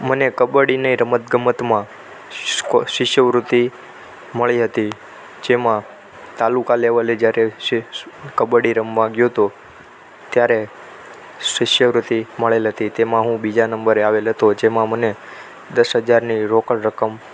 મને કબડ્ડીની રમત ગમતમાં શિષ્યવૃત્તિ મળી હતી જેમાં તાલુકા લેવલે જ્યારે કબડ્ડી રમવા ગયો હતો ત્યારે શિષ્યવૃત્તિ મળેલ હતી તેમાં હું બીજા નંબરે આવેલ હતો જેમાં મને દસ હજારની રોકડ રકમ